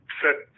set